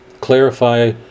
clarify